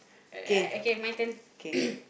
alright okay my turn